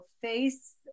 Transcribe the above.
face